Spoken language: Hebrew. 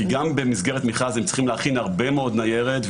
כי גם במסגרת מכרז הם צריכים להכין הרבה מאוד ניירת,